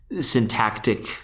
syntactic